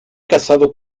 casado